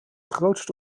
grootste